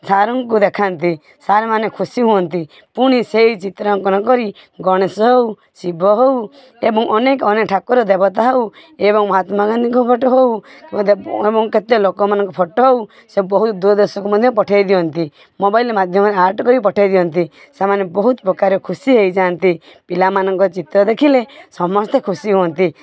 ସାର୍ଙ୍କୁ ଦେଖାନ୍ତି ସାର୍ମାନେ ଖୁସି ହୁଅନ୍ତି ପୁଣି ସେଇ ଚିତ୍ରଅଙ୍କନ କରି ଗଣେଶ ହଉ ଶିବ ହଉ ଏବଂ ଅନେକ ଅନେକ ଠାକୁର ଦେବତା ହଉ ଏବଂ ମହାତ୍ମା ଗାନ୍ଧୀଙ୍କ ଫଟୋ ହେଉ ଏବଂ କେତେ ଲୋକମାନଙ୍କ ଫଟୋ ହଉ ସେ ବହୁତ ଦୂର ଦେଶକୁ ମଧ୍ୟ ପଠାଇ ଦିଅନ୍ତି ମୋବାଇଲ୍ ମାଧ୍ୟମରେ ଆର୍ଟ୍ କରି ପଠାଇ ଦିଅନ୍ତି ସେମାନେ ବହୁତ ପ୍ରକାର ଖୁସି ହେଇଯାଆନ୍ତି ପିଲାମାନଙ୍କ ଚିତ୍ର ଦେଖିଲେ ସମସ୍ତେ ଖୁସି ହୁଅନ୍ତି